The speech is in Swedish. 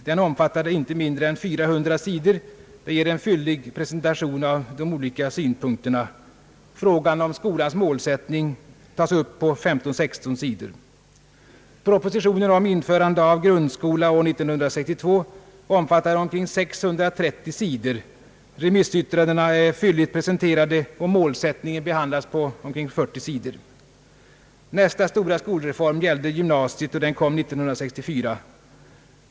Den omfattar inte mindre än 400 sidor och ger en fyllig presentation av de olika remissinstansernas synpunkter. Frågan om skolans målsättning upptar 15—16 sidor. Propositionen om införande av grundskola år 1862 omfattar omkring 630 sidor. Remissyttrandena är fylligt presenterade, och målsättningen behandlas på omkring 40 sidor. Nästa stora skolreform gällde gymnasiet — det var år 1964.